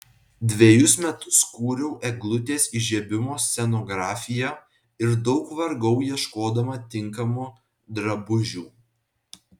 dvejus metus kūriau eglutės įžiebimo scenografiją ir daug vargau ieškodama tinkamų drabužių